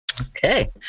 okay